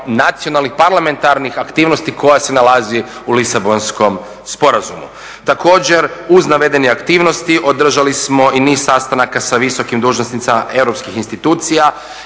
nacionalnih parlamentarnih aktivnosti koja se nalazi u Lisabonskom sporazumu. Također uz navedene aktivnosti održali smo i niz sastanaka sa visokim dužnosnicima europskih institucija